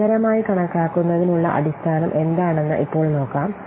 വിജയകരമായി കണക്കാക്കുന്നതിനുള്ള അടിസ്ഥാനം എന്താണെന്ന് ഇപ്പോൾ നോക്കാം